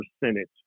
percentage